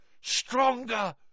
stronger